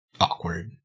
awkward